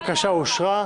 הבקשה אושרה.